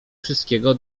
wszystkiego